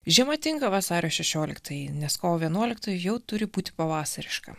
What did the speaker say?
žiema tinka vasario šešioliktajai nes kovo vienuoliktoji jau turi būti pavasariška